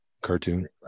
cartoon